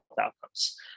outcomes